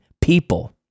people